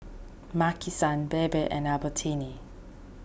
Maki San Bebe and Albertini